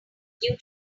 due